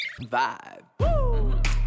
vibe